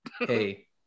Hey